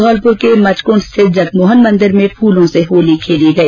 घौलपुर के मचकुण्ड स्थित जगमोहन मन्दिर में फूलों से होली खेली गई